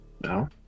No